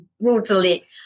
brutally